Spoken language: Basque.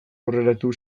aurreratu